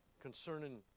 concerning